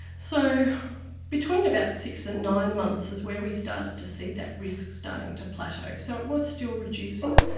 so between about six and nine months is where we started to see that risk starting to plateau. so it was still reducing,